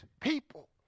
people